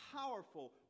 powerful